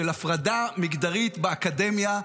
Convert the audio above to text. של הפרדה מגדרית באקדמיה.